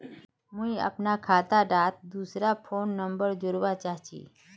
मुई अपना खाता डात दूसरा फोन नंबर जोड़वा चाहची?